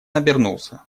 обернулся